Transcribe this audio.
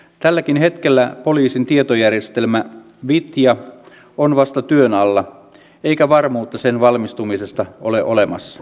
tälläkin hetkellä poliisin tietojärjestelmä vitja on vasta työn alla eikä varmuutta sen valmistumisesta ole olemassa